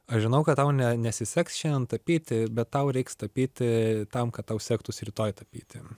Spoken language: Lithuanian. aš žinau kad tau ne nesiseks šiandien tapyti bet tau reiks tapyti tam kad tau sektųsi rytoj tapyti